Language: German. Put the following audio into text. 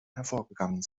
hervorgegangen